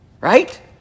Right